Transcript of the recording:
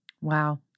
Wow